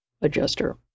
Adjuster